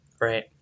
right